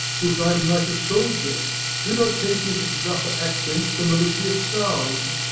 you find him like a soldier do not take his rougher accents for malicious sounds,